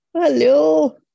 Hello